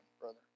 brother